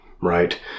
Right